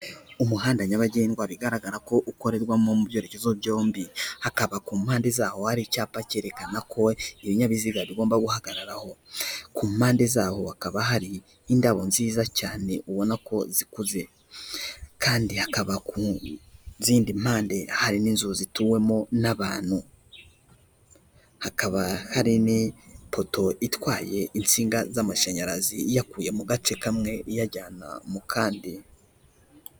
Umuhanda nyabagendwa bigaragara ko ukorerwamo mu byerekezo byombi, hakaba ku mpande zaho hari icyapa cyerekana ko ibinyabiziga bigomba guhagararaho, ku mpande zaho hakaba hari indabo nziza cyane, ubona ko zikuze, kandi hakaba ku zindi mpande hari n'inzu zituwemo n'abantu. Hakaba hari n'ipoto itwaye insinga z'amashanyarazi iyakuye mu gace kamwe iyajyana mu kandi.